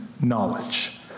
knowledge